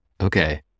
Okay